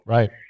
Right